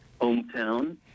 hometown